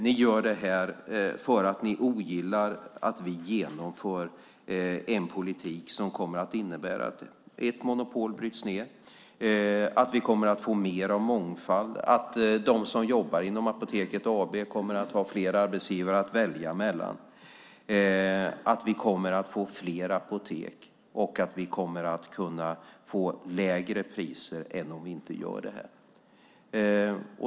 Ni gör det här för att ni ogillar att vi genomför en politik som kommer att innebära att ett monopol bryts ned, att vi får mer av mångfald, att de som jobbar inom Apoteket AB får fler arbetsgivare att välja mellan, att vi får fler apotek och att vi kan få lägre priser än om vi inte gör det här.